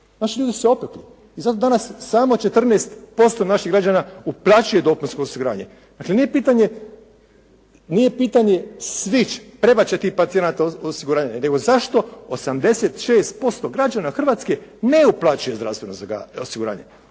Naši ljudi su se opekli. Zato danas samo 14% naših građana uplaćuje dopunsko osiguranje. Dakle nije pitanje, nije pitanje … /Govornik se ne razumije./ … trebat će tih pacijenata osiguranje nego zašto 86% građana Hrvatske ne uplaćuje zdravstveno osiguranje?